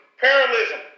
parallelism